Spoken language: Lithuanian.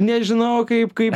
nežinau kaip kaip